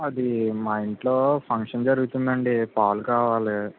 ఆది మా ఇంట్లో ఫంక్షన్ జరుగుతుంది అండి పాలు కావాలి